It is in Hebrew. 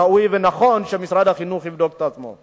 ראוי ונכון שמשרד החינוך יבדוק את עצמו.